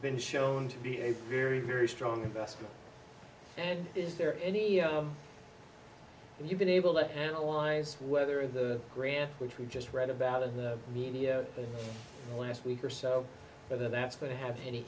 been shown to be a very very strong investment and is there any and you've been able to analyze whether the grant which we just read about in the media last week or so whether that's going to have any